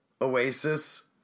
Oasis